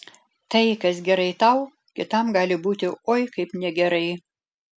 tai kas gerai tau kitam gali būti oi kaip negerai